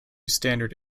standard